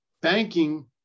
banking